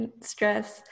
stress